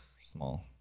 Small